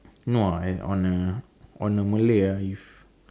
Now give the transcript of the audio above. no ah on a on a malay ah if